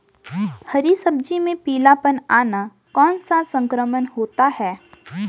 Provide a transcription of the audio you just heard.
हरी सब्जी में पीलापन आना कौन सा संक्रमण होता है?